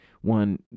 one